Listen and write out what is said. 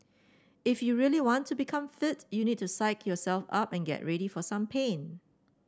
if you really want to become fit you need to psyche yourself up and get ready for some pain